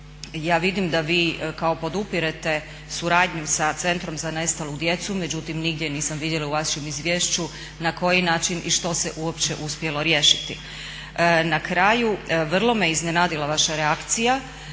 Ja vidim da vi kao podupirete suradnju sa Centrom za nestalu djecu, međutim nigdje nisam vidjela u vašem izvješću na koji način i što se uopće uspjelo riješiti. Na kraju, vrlo me iznenadila vaša reakcija